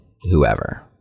whoever